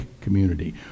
community